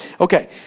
Okay